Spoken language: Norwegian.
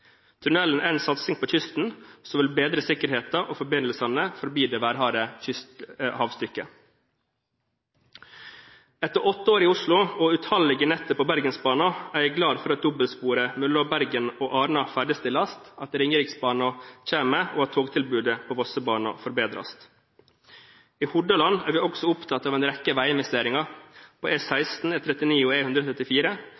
Tunnelen er en satsing på kysten – som vil bedre sikkerheten og forbindelsene forbi det værharde havstykket. Etter åtte år i Oslo, og utallige netter på Bergensbanen, er jeg glad for at dobbeltsporet mellom Bergen og Arna ferdigstilles, at Ringeriksbanen kommer, og at togtilbudet på Vossebanen forbedres. I Hordaland er vi også opptatt av en rekke veiinvesteringer: på